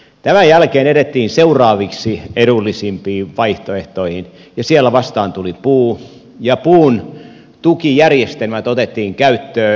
tämän jälkeen edettiin seuraavaksi edullisempiin vaihtoehtoihin ja siellä vastaan tuli puu ja puun tukijärjestelmät otettiin käyttöön